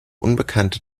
unbekannte